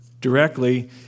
directly